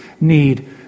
need